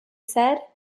said